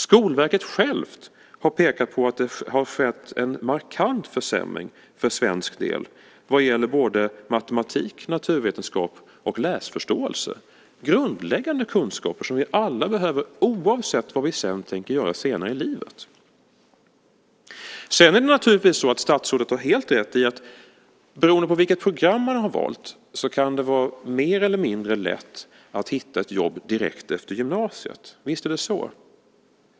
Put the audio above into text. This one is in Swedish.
Skolverket självt har pekat på att det har skett en markant försämring för svensk del vad gäller både matematik, naturvetenskap och läsförståelse - grundläggande kunskaper som vi alla behöver, oavsett vad vi sedan tänker göra senare i livet. Sedan är det naturligtvis så att statsrådet har helt rätt i att beroende på vilket program man har valt kan det vara mer eller mindre lätt att hitta ett jobb direkt efter gymnasiet. Visst är det så.